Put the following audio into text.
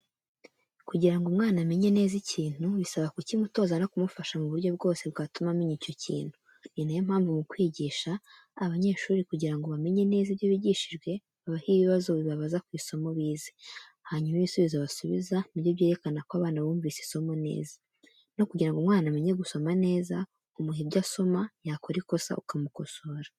Kugira ngo umwana amenye neza ikintu bisaba kukimutoza no kumufasha mu buryo bwose bwatuma amenya icyo kintu. Ni nayo mpamvu mu kwigisha abanyeshuri kugira ngo bamenye neza ibyo bigishijwe babaha ibibazo bibabaza ku isomo bize, hanyuma ibisubizo basubiza nibyo byerekanako abana bumvise isomo neza. No kugira ngo umwana amenye gusoma neza umuha ibyo asoma yakora ikosa ukamukosora.